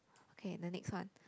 okay the next one